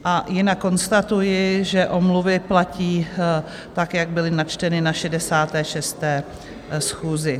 A jinak konstatuji, že omluvy platí tak, jak byly načteny na 66. schůzi.